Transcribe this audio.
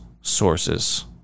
sources